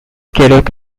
karaoke